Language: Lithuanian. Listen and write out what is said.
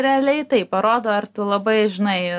realiai tai parodo ar tu labai žinai